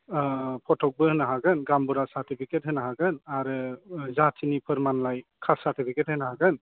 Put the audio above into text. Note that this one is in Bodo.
फथ'बो होनो हागोन गामबुरा सारटिफिकेट होनो हागोन आरो जाथिनि फोरमानलाइ कास्ट सारटिफिकेट होनो हागोन